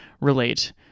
relate